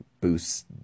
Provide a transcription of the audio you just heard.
boost